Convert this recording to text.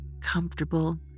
comfortable